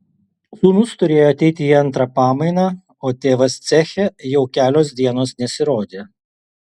sūnus turėjo ateiti į antrą pamainą o tėvas ceche jau kelios dienos nesirodė